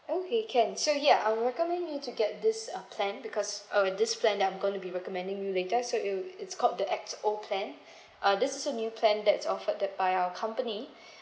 okay can so ya I will recommend you to get this uh plan because uh with this plan that I'm going to be recommending you later so it'll it's called the X_O plan uh this also a new plan that's offered that by our company